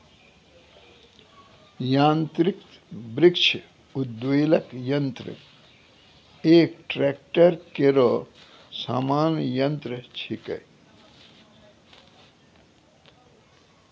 यांत्रिक वृक्ष उद्वेलक यंत्र एक ट्रेक्टर केरो सामान्य यंत्र छिकै